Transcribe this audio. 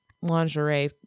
lingerie